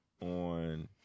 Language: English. on